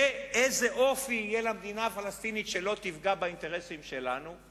ואיזה אופי יהיה למדינה הפלסטינית שלא תפגע באינטרסים שלנו.